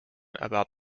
about